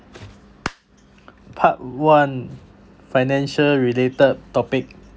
part one financial related topic